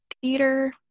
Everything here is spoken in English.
theater